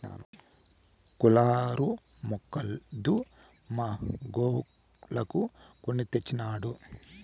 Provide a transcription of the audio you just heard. cooler మాక్కాదు మా గోవులకు కొని తెచ్చినాడు